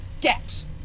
gaps